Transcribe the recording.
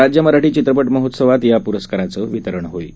राज्य मराठी चित्रपट महोत्सवात या पुरस्कारांचं वितरण होणार आहे